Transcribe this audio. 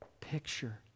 picture